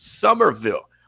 Somerville